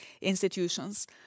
institutions